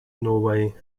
norway